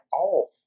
off